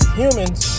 humans